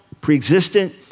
preexistent